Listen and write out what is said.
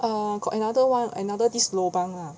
err got another one another this lobang lah